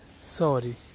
sorry